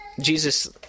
Jesus